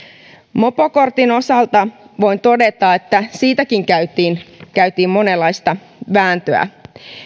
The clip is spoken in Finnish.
mopokortin osalta voin todeta että siitäkin käytiin käytiin monenlaista vääntöä